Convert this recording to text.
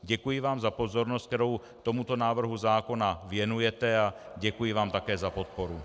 Děkuji vám za pozornost, kterou tomuto návrhu zákona věnujete, a děkuji vám také za podporu.